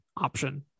option